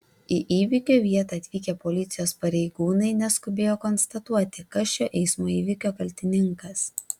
į įvykio vietą atvykę policijos pareigūnai neskubėjo konstatuoti kas šio eismo įvykio kaltininkas